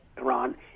Iran